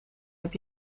heb